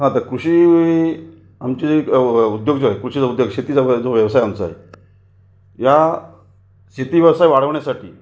हां तर कृषी आमचे शेतीचा जो व्यवसाय आमचा आहे या शेती व्यवसाय वाढवण्यासाठी